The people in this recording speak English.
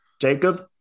jacob